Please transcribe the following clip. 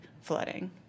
flooding